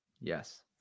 Yes